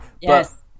Yes